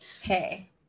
hey